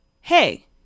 hey